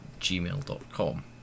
gmail.com